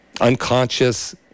unconscious